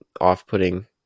off-putting